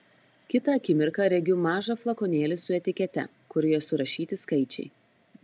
kitą akimirką regiu mažą flakonėlį su etikete kurioje surašyti skaičiai